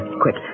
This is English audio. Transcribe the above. Quick